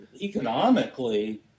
economically